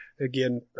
again